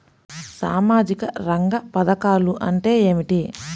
సామాజిక రంగ పధకాలు అంటే ఏమిటీ?